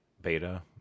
beta